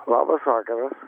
labas vakaras